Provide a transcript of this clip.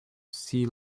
sea